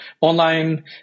online